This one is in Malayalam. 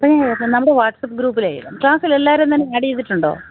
നമ്മുടെ വാട്സ്പ്പ് ഗ്രൂപ്പിലേ ക്ലാസ്സിലെല്ലാവരെയും തന്നെ ആഡെയ്തിട്ടുണ്ടോ